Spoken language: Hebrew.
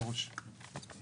אדוני יושב-הראש.